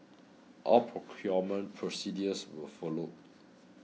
all procurement procedures were followed